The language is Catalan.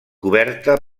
coberta